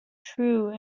true